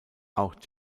auch